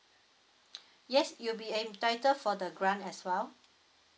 yes you will be entitled for the grant as well